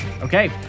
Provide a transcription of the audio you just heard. Okay